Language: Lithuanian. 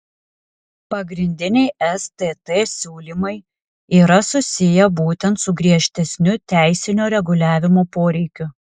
pagrindiniai stt siūlymai yra susiję būtent su griežtesniu teisinio reguliavimo poreikiu